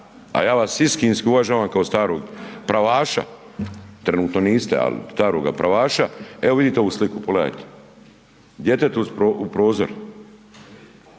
A ja vas istinski uvažavam kao starog pravaša, trenutno niste, ali staroga pravaša. Evo vidite ovu sliku, pogledajte. Djetetu u prozor.